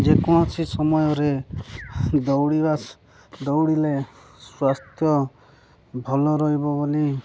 ଯେକୌଣସି ସମୟରେ ଦୌଡ଼ିବା ଦୌଡ଼ିଲେ ସ୍ୱାସ୍ଥ୍ୟ ଭଲ ରହିବ ବୋଲି